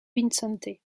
vicente